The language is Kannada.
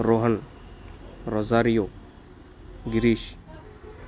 ರೋಹನ್ ರೊಝಾರಿಯೋ ಗಿರೀಶ್